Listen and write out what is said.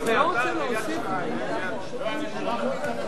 לא, אני בירכתי את הממשלה, יש לה שותף חדש.